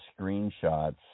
screenshots